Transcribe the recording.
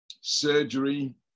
surgery